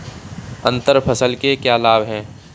अंतर फसल के क्या लाभ हैं?